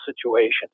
situations